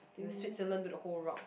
in the switzerland to the whole route